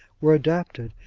were adapted,